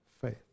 faith